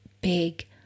big